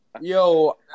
Yo